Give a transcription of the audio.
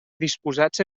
disposats